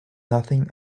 nothing